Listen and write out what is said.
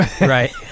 right